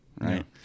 right